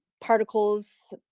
particles